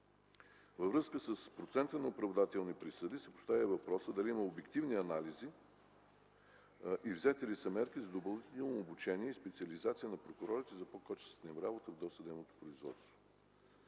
Във връзка с процента на оправдателни присъди се постави въпросът дали има обективни анализи и взети ли са мерки за допълнително обучение и специализация на прокурорите за по-качествена работа в досъдебното производство